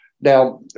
Now